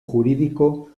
jurídico